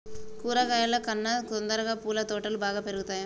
కూరగాయల కన్నా తొందరగా పూల తోటలు బాగా పెరుగుతయా?